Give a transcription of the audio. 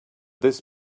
this